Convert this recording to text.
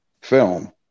film